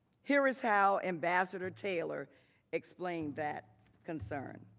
here is how ambassador taylor explained that concern.